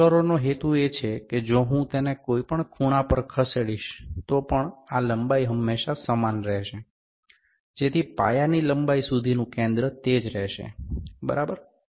રોલરનો હેતુ એ છે કે જો હું તેને કોઈ પણ ખૂણા પર ખસેડીશ તો પણ આ લંબાઈ હંમેશાં સમાન રહેશે જેથી પાયાની લંબાઈ સુધીનું કેન્દ્ર તે જ રહેશે બરાબર